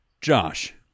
Josh